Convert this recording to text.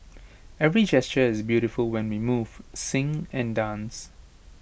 every gesture is beautiful when we move sing and dance